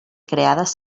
creades